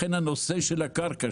לכן הנושא של הקרקע,